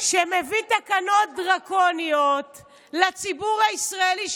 שמביא תקנות דרקוניות לציבור הישראלי,